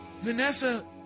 Vanessa